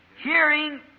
Hearing